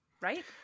Right